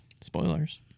Spoilers